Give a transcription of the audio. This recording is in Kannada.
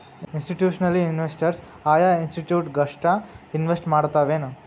ಇನ್ಸ್ಟಿಟ್ಯೂಷ್ನಲಿನ್ವೆಸ್ಟರ್ಸ್ ಆಯಾ ಇನ್ಸ್ಟಿಟ್ಯೂಟ್ ಗಷ್ಟ ಇನ್ವೆಸ್ಟ್ ಮಾಡ್ತಾವೆನ್?